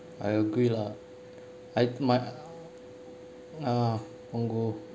I agree lah I my ah ongo~